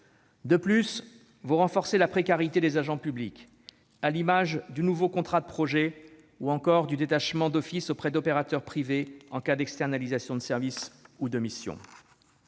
De plus, vous renforcez la précarité des agents publics, à l'image du nouveau contrat de projet, ou encore du détachement d'office auprès d'opérateurs privés en cas d'externalisation de services ou de missions.